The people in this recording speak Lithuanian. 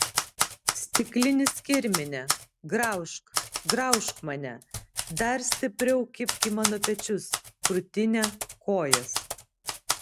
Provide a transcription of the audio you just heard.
stiklinis kirmine graužk graužk mane dar stipriau kibk į mano pečius krūtinę kojas